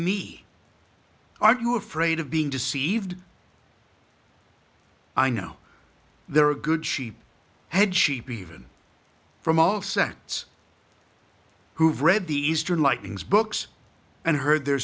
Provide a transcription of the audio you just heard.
me are you afraid of being deceived i know there are good sheep had sheep even from all sects who've read the eastern lightnings books and heard their